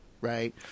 right